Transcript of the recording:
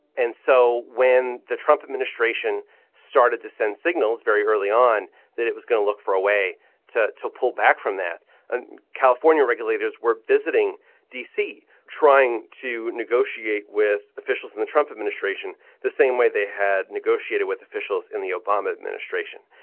and so when the trump administration started to send signals very early on that it was going to look for a way to to pull back from that and california regulators were visiting d c. trying to negotiate with officials in the trump administration the same way they had negotiated with officials in the obama administration.